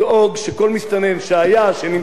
שנמצא ושעתיד להיכנס,